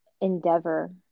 endeavor